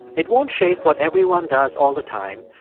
it won't shape what everyone does all the time,